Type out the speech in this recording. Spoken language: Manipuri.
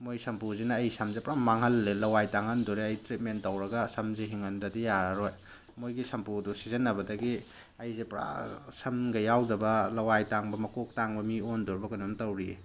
ꯃꯣꯏ ꯁꯝꯄꯨꯁꯤꯅ ꯑꯩꯒꯤ ꯁꯝꯁꯦ ꯄꯨꯔꯥ ꯃꯥꯡꯍꯜꯂꯦ ꯂꯋꯥꯏ ꯇꯥꯡꯍꯟꯗꯣꯔꯦ ꯑꯩ ꯇ꯭ꯔꯤꯠꯃꯦꯟ ꯇꯧꯔꯒ ꯁꯝꯁꯦ ꯍꯤꯡꯍꯟꯗꯗꯤ ꯌꯥꯔꯔꯣꯏ ꯃꯣꯏꯒꯤ ꯁꯝꯄꯨ ꯑꯗꯣ ꯁꯤꯖꯤꯟꯅꯕꯗꯒꯤ ꯑꯩꯁꯦ ꯄꯨꯔꯥ ꯁꯝꯒ ꯌꯥꯎꯗꯕ ꯂꯋꯥꯏ ꯇꯥꯡꯕ ꯃꯀꯣꯛ ꯇꯥꯡꯕ ꯃꯤ ꯑꯣꯟꯗ꯭ꯔꯣꯕ ꯀꯩꯅꯣꯝ ꯇꯧꯔꯤꯑꯦ